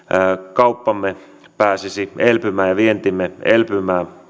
kauppamme pääsisi elpymään ja vientimme elpymään